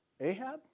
Ahab